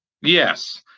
Yes